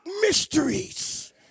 mysteries